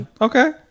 Okay